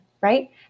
right